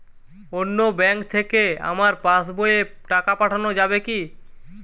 অন্য ব্যাঙ্ক থেকে আমার পাশবইয়ে টাকা পাঠানো যাবে কি?